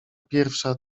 pierwsza